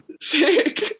Sick